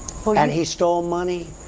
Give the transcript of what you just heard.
and he stole money,